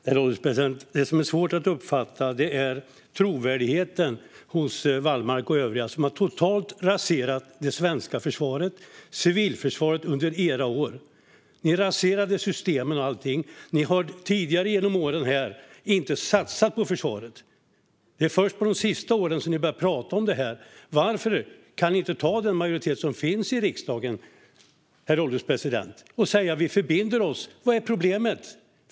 Herr ålderspresident! Det som är svårt att uppfatta är trovärdigheten hos Wallmark och övriga, som under sina år totalt raserade det svenska försvaret och civilförsvaret. Ni raserade systemen och allt annat. Ni har tidigare genom åren inte satsat på försvaret, utan det är först på de senare åren ni har börjat prata om detta. Varför kan ni inte ta den majoritet som finns i riksdagen, herr ålderspresident, och säga att ni förbinder er? Vad är problemet?